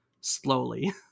Slowly